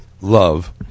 love